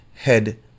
head